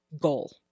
goal